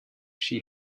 she